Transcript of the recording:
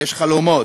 יש חלומות.